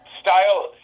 style